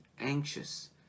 anxious